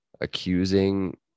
accusing